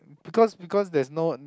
because because there's not